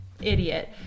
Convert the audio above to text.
idiot